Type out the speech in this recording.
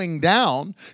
down